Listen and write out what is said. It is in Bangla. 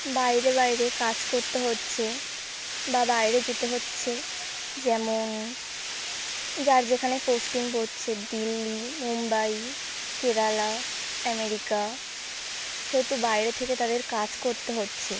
বাইরে বাইরে কাজ করতে হচ্ছে বা বাইরে যেতে হচ্ছে যেমন যার যেখানে পোস্টিং পড়ছে দিল্লি মুম্বাই কেরালা আমেরিকা সেহেতু বাইরে থেকে তাদের কাজ করতে হচ্ছে